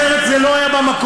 אחרת זה לא היה במקום.